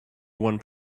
one